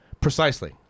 Precisely